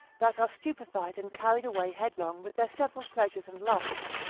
that are stupefied and carried away headlong with their several pleasures and lusts.